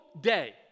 day